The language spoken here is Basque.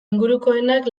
ingurukoenak